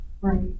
right